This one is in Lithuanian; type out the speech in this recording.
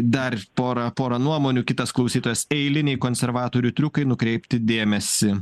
dar pora pora nuomonių kitas klausytojas eiliniai konservatorių triukai nukreipti dėmesį